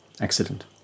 accident